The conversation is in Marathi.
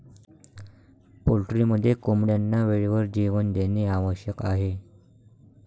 पोल्ट्रीमध्ये कोंबड्यांना वेळेवर जेवण देणे आवश्यक आहे